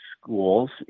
schools